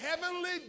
heavenly